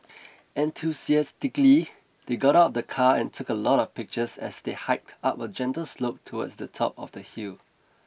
enthusiastically they got out of the car and took a lot of pictures as they hiked up a gentle slope towards the top of the hill